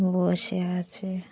বসে আছে